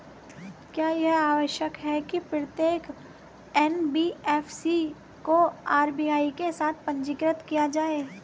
क्या यह आवश्यक है कि प्रत्येक एन.बी.एफ.सी को आर.बी.आई के साथ पंजीकृत किया जाए?